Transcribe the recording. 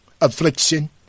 affliction